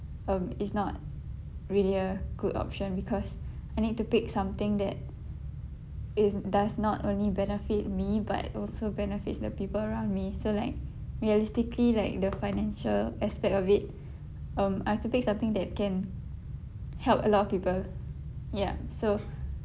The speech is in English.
um it's not really a good option because I need to pick something that it does not only benefit me but it also benefits the people around me so like realistically like the financial aspect of it um I have to pick something that can help a lot of people ya so